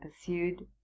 pursued